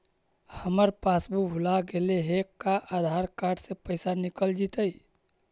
हमर पासबुक भुला गेले हे का आधार कार्ड से पैसा निकल जितै?